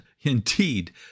indeed